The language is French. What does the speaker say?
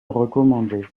recommandée